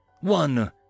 one